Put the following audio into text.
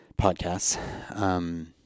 podcasts